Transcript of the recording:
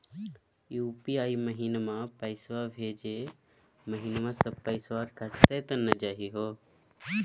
UPI महिना पैसवा भेजै महिना सब पैसवा कटी त नै जाही हो?